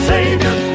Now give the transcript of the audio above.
Savior